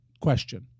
question